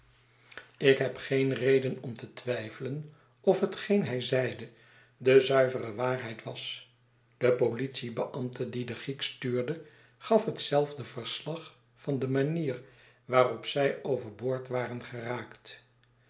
ik heb geen reden om te twijfelen of hetgeen hij zeide dezuivere waarheid was de politiebeambte die de giek stuurde gaf hetzelfde verslag van de manier waarop zij over boord waren geraakt